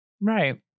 right